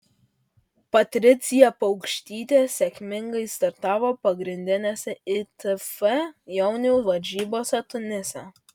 patricija paukštytė sėkmingai startavo pagrindinėse itf jaunių varžybose tunise